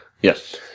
Yes